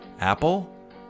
Apple